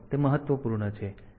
તેથી તે મહત્વપૂર્ણ છે અને પછી આપણે